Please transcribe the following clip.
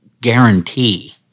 guarantee